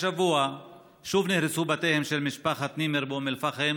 השבוע שוב נהרסו בתיהם של משפחת נימר באום אל-פחם.